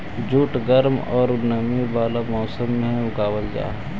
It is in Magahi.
जूट गर्म औउर नमी वाला मौसम में उगावल जा हई